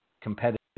competitive